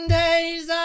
days